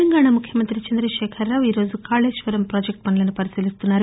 తెలంగాణ ముఖ్యమంత్రి చంద్రదేఖర్రావు ఈ రోజు కాశేశ్వరం ప్రాజెక్టు పనులను పరిశీలిస్తున్నారు